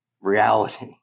reality